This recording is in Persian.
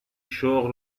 شغل